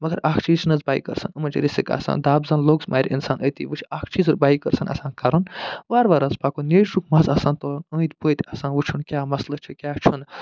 مگر اکھ چیٖز چھُنَہ حظ بایکہٕ آسان یِمن چھِ رِسِک آسان دب زن لوٚگ سُہ مَرِ اِنسان أتی وٕچھ اکھ چیٖز حظ بایکٲرسن آسان کَرُن وار وار حظ پکُن نیچرُک مَزٕ آسان تُلُن أنٛدۍ پٔتۍ آسان وٕچھُن کیٛاہ مسلہٕ چھُ کیٛاہ چھُنہٕ